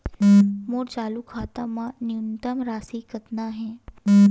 मोर चालू खाता मा न्यूनतम राशि कतना हे?